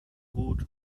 gut